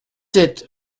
sept